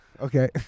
Okay